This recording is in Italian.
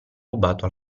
rubato